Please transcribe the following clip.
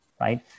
right